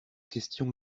question